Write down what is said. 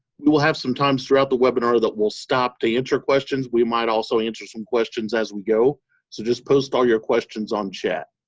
we will have some times throughout the webinar that we'll stop to answer questions. we might also answer some questions as we go so just post all your questions on chat.